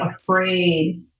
afraid